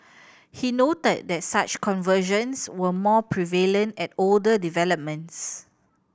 he noted that such conversions were more prevalent at older developments